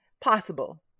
possible